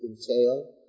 entail